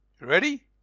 Ready